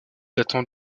datant